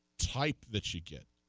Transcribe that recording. type that she can